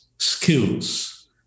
Skills